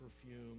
perfume